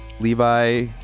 Levi